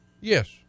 yes